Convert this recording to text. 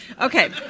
okay